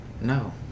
No